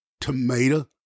tomato